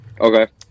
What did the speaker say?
Okay